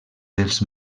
dels